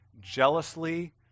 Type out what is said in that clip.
jealously